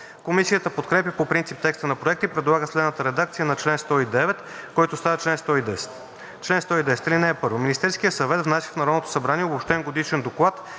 Комисията подкрепя по принцип текста на Проекта и предлага следната редакция на чл. 109, който става чл. 110: „Чл. 110. (1) Министерският съвет внася в Народното събрание обобщен годишен доклад